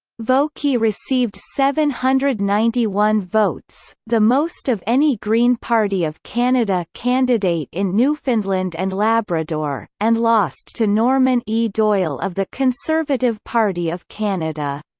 vokey received seven hundred and ninety one votes, the most of any green party of canada candidate in newfoundland and labrador, and lost to norman e. doyle of the conservative party of canada.